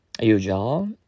usual